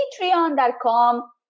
patreon.com